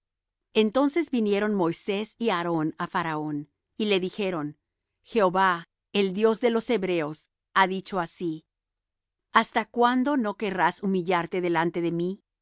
entonces vinieron moisés y aarón á faraón y le dijeron jehová el dios de los hebreos ha dicho así hasta cuándo no querrás humillarte delante de mí